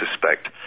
suspect